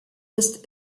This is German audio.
ist